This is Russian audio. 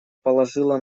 положила